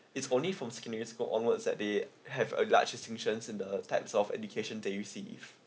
it's only from secondary school onwards that they have a large distinctions in the types of education that you see if